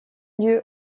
lieu